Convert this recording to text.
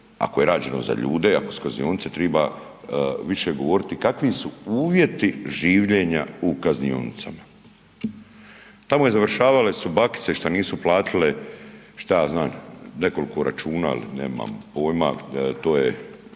ako je rađeno za ljude, ako su kaznionice, triba više govoriti kakvi su uvjeti življenja u kaznionicama. Tamo je, završavale su bakice šta nisu platile šta ja znam nekolko računa ili nemam pojma, to je